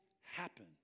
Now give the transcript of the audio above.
happen